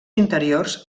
interiors